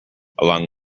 along